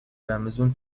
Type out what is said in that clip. رمضون